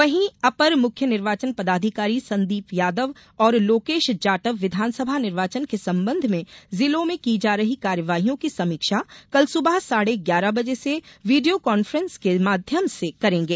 वहीं अपर मुख्य निर्वाचन पदाधिकारी संदीप यादव और लोकेश जाटव विधानसभा निर्वाचन के संबंध में जिलों में की जा रही कार्यवाहियों की समीक्षा कल सुबह साढ़े ग्यारह बजे से वीडिया कान्फ्रेंस के माध्यम से करेंगे